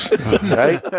Right